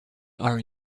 are